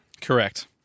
Correct